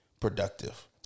productive